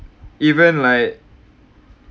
even like